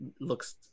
looks